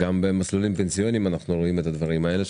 גם במסלולים פנסיוניים אנחנו רואים דברים כאלה,